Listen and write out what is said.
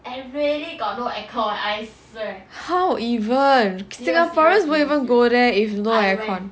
how even singaporeans won't even go there if no air con